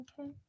okay